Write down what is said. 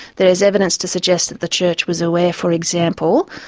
there's evidence to suggest that the church was aware, for example,